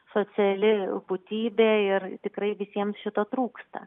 sociali būtybė ir tikrai visiems šito trūksta